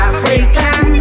African